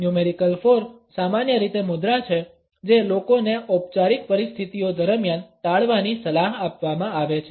numerical 4 સામાન્ય રીતે મુદ્રા છે જે લોકોને ઔપચારિક પરિસ્થિતિઓ દરમિયાન ટાળવાની સલાહ આપવામાં આવે છે